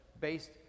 based